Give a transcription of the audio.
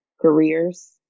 careers